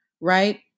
right